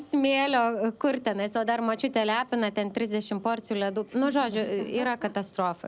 smėlio kur tenais o dar močiutė lepina ten trisdešim porcijų ledų nu žodžiu yra katastrofa